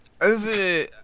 Over